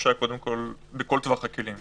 השתמשה קודם כול בכל טווח הכלים.